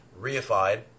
reified